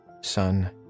Son